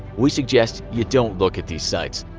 we suggest you don't look at these sites.